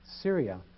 Syria